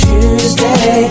Tuesday